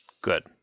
Good